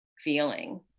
feeling